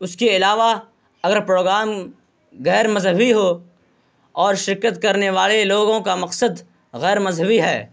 اس کے علاوہ اگر پروگرام غیر مذہبی ہو اور شرکت کرنے والے لوگوں کا مقصد غیر مذہبی ہے